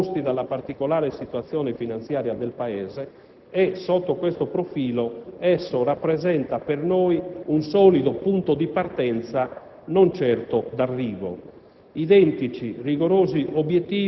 di contenimento della spesa imposti dalla particolare situazione finanziaria del Paese e, sotto questo profilo, esso rappresenta per noi un solido punto di partenza, non certo di arrivo.